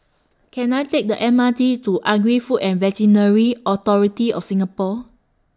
Can I Take The M R T to Agri Food and Veterinary Authority of Singapore